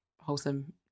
wholesome